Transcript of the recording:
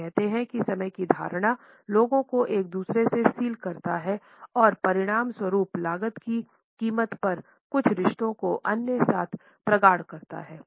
वह कहते हैं कि समय की धारणा लोगों को एक दूसरे से सील करता है और परिणामस्वरूप लागत की कीमत पर कुछ रिश्तों को अन्य साथ प्रगाढ़ करता है